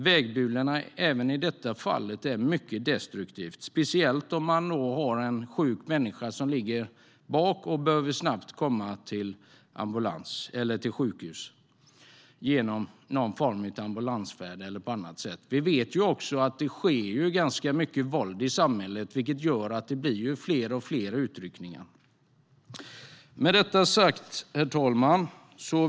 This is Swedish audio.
Vägbulorna är även i detta fall mycket destruktiva, speciellt om man har en sjuk människa som ligger bak och snabbt behöver komma till sjukhus genom någon form av ambulansfärd eller på annat sätt. Vi vet också att det sker ganska mycket våld i samhället, vilket gör att det blir fler och fler utryckningar. Herr talman!